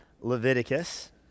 Leviticus